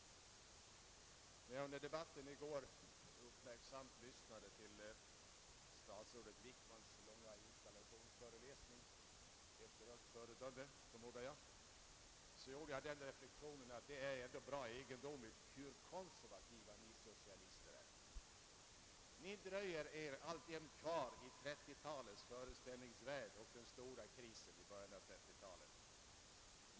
Herr talman! När jag under debatten i går uppmärksamt lyssnade till statsrådet Wickmans långa installationsföreläsning — hållen efter högt föredöme, förmodar jag — gjorde jag den reflexionen att det ändå är bra egendomligt hur konservativa ni socialister är. Ni dröjer er alltjämt kvar i 1930-talets föreställningsvärld och den stora krisen i början av det decenniet.